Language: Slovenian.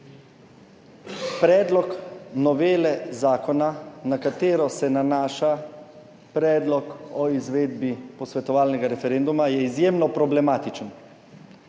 Predlog novele zakona, na katero se nanaša Predlog o izvedbi posvetovalnega referenduma, je izjemno problematičen.